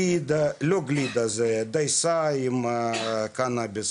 דייסה עם קנביס,